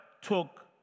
took